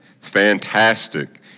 fantastic